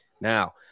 Now